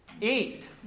eat